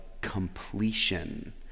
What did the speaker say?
completion